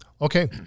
Okay